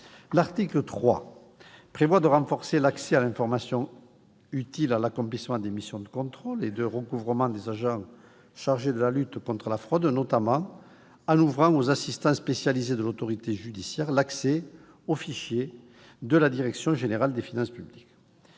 L'article 3 renforce l'accès à l'information utile à l'accomplissement des missions de contrôle et de recouvrement des agents chargés de la lutte contre la fraude, notamment en ouvrant aux assistants spécialisés de l'autorité judiciaire l'accès aux fichiers de la direction générale des finances publiques.